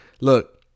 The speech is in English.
look